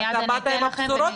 אתה באת עם בשורות?